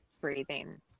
breathing